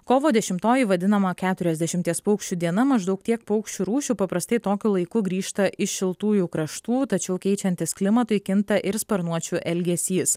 kovo dešimtoji vadinama keturiasdešimties paukščių diena maždaug tiek paukščių rūšių paprastai tokiu laiku grįžta iš šiltųjų kraštų tačiau keičiantis klimatui kinta ir sparnuočių elgesys